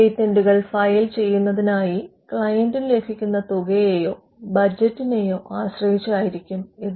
പേറ്റന്റുകൾ ഫയൽ ചെയ്യുന്നതിനായി ക്ലയന്റിന് ലഭിക്കുന്ന തുകയെയോ ബജറ്റിനെയോ ആശ്രയിച്ചായിരിക്കും ഇത്